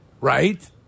Right